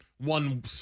one